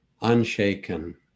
unshaken